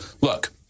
Look